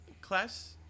class